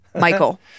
Michael